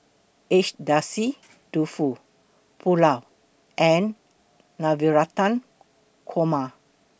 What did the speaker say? Agedashi Dofu Pulao and Navratan Korma